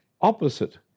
opposite